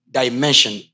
dimension